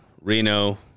Reno